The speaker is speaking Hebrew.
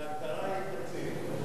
והמטרה היא תקציב.